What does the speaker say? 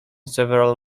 several